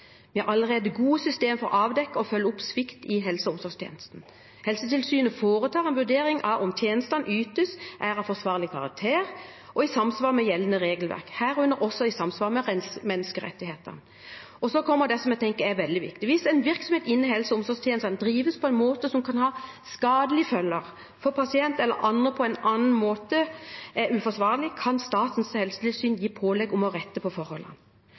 Vi har allerede gode systemer for å avdekke og følge opp svikt i helse- og omsorgstjenesten. Helsetilsynet foretar en vurdering av om tjenestene som ytes, er av forsvarlig karakter og i samsvar med gjeldende regelverk, herunder også i samsvar med menneskerettighetene. Så kommer det som jeg tenker er veldig viktig: Hvis en virksomhet innenfor helse- og omsorgstjenesten drives på en måte som kan ha skadelige følger for pasienter eller andre, eller på annen måte er uforsvarlig, kan Statens helsetilsyn gi pålegg om å rette opp forholdene.